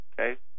Okay